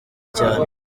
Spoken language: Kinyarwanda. cyane